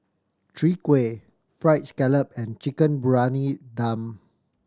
Chwee Kueh Fried Scallop and Chicken Briyani Dum